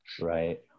Right